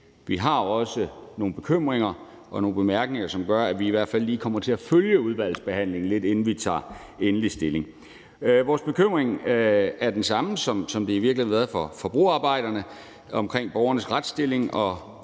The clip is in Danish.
vi har også nogle bekymringer og nogle bemærkninger til noget, som gør, at vi i hvert fald lige kommer til at følge udvalgsbehandlingen lidt, inden vi tager endelig stilling. Vores bekymring er den samme, som den i virkeligheden har været for broarbejderne. Den vedrører borgernes retsstilling,